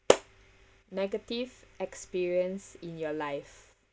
negative experience in your life